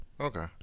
Okay